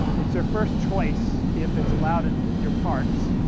it's your first choice if it's allowed in your parks.